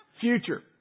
Future